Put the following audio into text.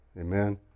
Amen